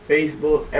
Facebook